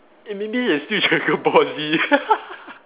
eh maybe it's still dragon ball Z